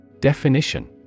Definition